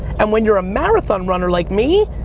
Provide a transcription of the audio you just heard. and when you're a marathon runner, like me,